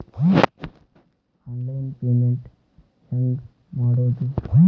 Online payment ಹೆಂಗ್ ಮಾಡೋದು?